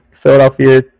Philadelphia